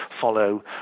follow